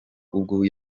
ubwo